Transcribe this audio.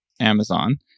Amazon